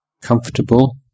comfortable